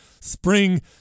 Spring